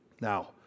Now